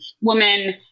woman